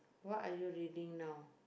what are you reading now